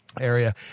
Area